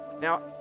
Now